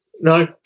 no